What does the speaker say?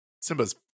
Simba's